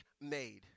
made